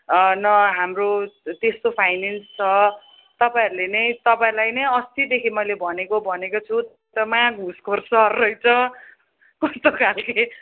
न हाम्रो त्यस्तो फाइनेन्स छ तपाईँहरूले नै तपाईँलाई नै अस्तिदेखि मैले भनेको भनेकै छु महा घुसखोर सर रहेछ कस्तो खाले